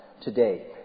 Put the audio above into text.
today